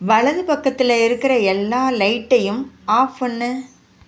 வலது பக்கத்தில் இருக்கிற எல்லா லைட்டையும் ஆஃப் பண்ணு